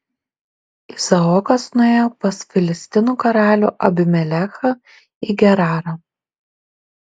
izaokas nuėjo pas filistinų karalių abimelechą į gerarą